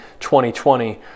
2020